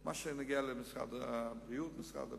על מה שנוגע למשרד הבריאות ומשרד הביטחון.